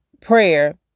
prayer